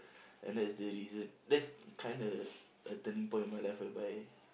and that is the reason that's kinda a turning point in my life whereby